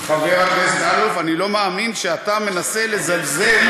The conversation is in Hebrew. שממש עכשיו הוא עושה סיור לתלמידות,